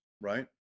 right